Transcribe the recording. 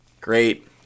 Great